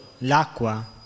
l'acqua